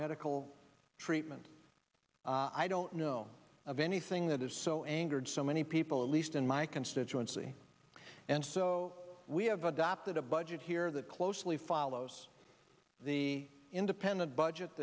medical treatment i don't know of anything that is so angered so many people at least in my constituency and so we have adopted a budget here that closely follows the independent budget